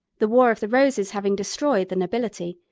the war of the roses having destroyed the nobility,